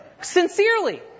Sincerely